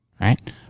Right